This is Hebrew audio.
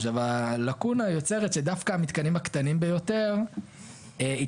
הלאקונה יוצרת שדווקא המתקנים הקטנים ביותר יצטרכו